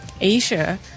Asia